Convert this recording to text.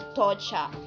torture